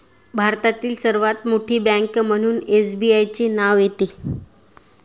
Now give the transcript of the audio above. भारतातील सर्वात मोठी बँक म्हणून एसबीआयचे नाव येते